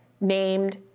named